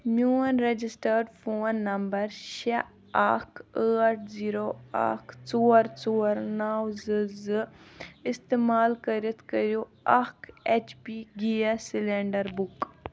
میون registered phone number شےٚ اکھ ٲٹھ زیٖرو اکھ ژور ژور نَو زٕ زٕ استعمال کٔرِتھ کٔرِو اکھ H P gas cylinder book